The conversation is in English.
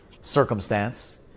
circumstance